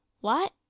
What